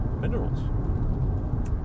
minerals